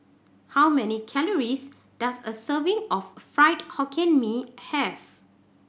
how many calories does a serving of Fried Hokkien Mee have